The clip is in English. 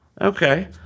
Okay